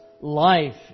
life